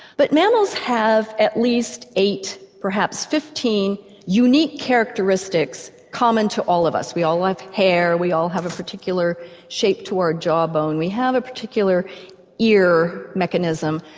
but mammals have at least eight perhaps fifteen unique characteristics common to all of us we all have like hair, we all have a particular shape to our jaw bone, we have a particular ear mechanism,